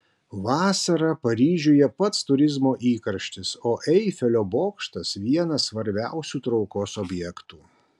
vasarą paryžiuje pats turizmo įkarštis o eifelio bokštas vienas svarbiausių traukos objektų